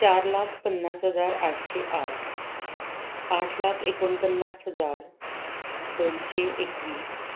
चार लाख पन्नास हजार आठशे आठ आठ लाख एकोणपन्नास हजार दोनशे एकवीस